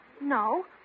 No